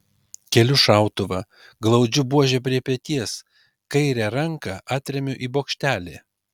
keliu šautuvą glaudžiu buožę prie peties kairę ranką atremiu į bokštelį